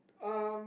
um